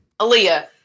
Aaliyah